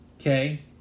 Okay